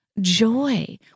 joy